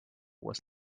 was